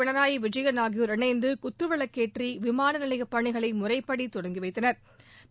பிணராயி விஜயன் ஆகியோர் இணைந்து குத்துவிளக்கேற்றி விமான நிலைய பணிகளை முறைப்படி தொடங்கி வைத்தனா்